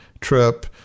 trip